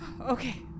Okay